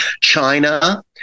China